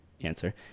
answer